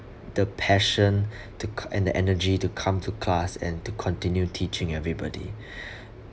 the passion to co~ and the energy to come to class and to continue teaching everybody